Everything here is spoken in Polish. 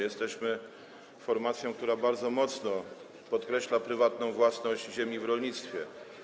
Jesteśmy formacją, która bardzo mocno podkreśla prywatną własność ziemi w rolnictwie.